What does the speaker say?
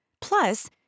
plus